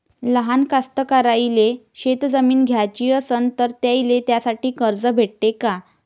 लहान कास्तकाराइले शेतजमीन घ्याची असन तर त्याईले त्यासाठी कर्ज भेटते का?